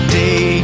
day